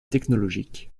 technologiques